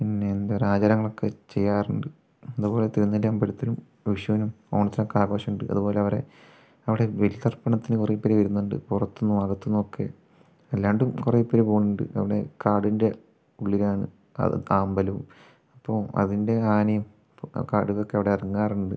പിന്നെ എന്തൊരു ആചാരങ്ങളൊക്കെ ചെയ്യാറുണ്ട് അതുപോലെ തിരുനെല്ലി അമ്പലത്തിലും വിഷുവിനും ഓണത്തിനും ഒക്കെ ആഘോഷം ഉണ്ട് അതുപോലെ അവരെ അവിടെ ബലി ദർപ്പണത്തിന് കുറെ പേരു വരുന്നുണ്ട് പുറത്തുനിന്നും അകത്തുനിന്നും ഒക്കെ അല്ലാണ്ടും കുറേപ്പേര് പോകുന്നുണ്ട് അവിടെ കാടിൻ്റെ ഉള്ളിലാണ് അ അമ്പലവും അപ്പോൾ അതിൻ്റെ ആനയും കടുവയും ഒക്കെ അവിടെ ഇറങ്ങാറുണ്ട്